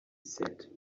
said